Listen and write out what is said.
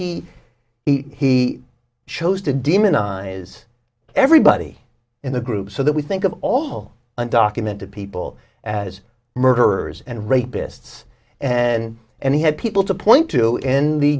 s he he chose to demonize everybody in the group so that we think of all undocumented people as murderers and rapists and and he had people to point to in the